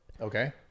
Okay